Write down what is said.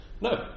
No